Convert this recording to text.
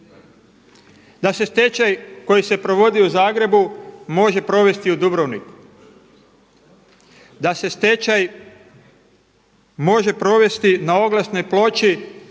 Da se stečaj koji se provodi u Zagrebu može provesti u Dubrovniku, da se stečaj može provesti na oglasnoj ploči